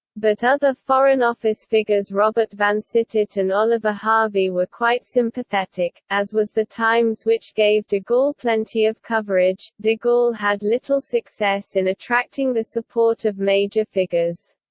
but other foreign office figures robert vansittart and oliver harvey were quite sympathetic, as was the times which gave de gaulle plenty of coverage de gaulle had little success in attracting the support of major figures.